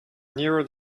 nearer